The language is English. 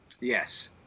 Yes